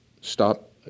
stop